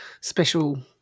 special